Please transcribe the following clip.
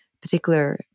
particular